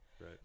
Right